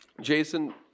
Jason